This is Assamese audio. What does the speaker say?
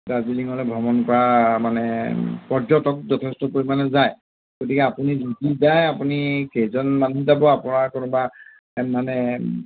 দাৰ্জিলিঙলৈ ভ্ৰমণ কৰা মানে পৰ্যটক যথেষ্ট পৰিমাণে যায় গতিকে আপুনি যদি যায় আপুনি কেইজন মানুহ যাব আপোনাৰ কোনোবা মানে